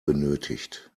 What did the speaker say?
benötigt